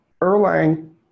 Erlang